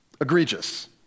egregious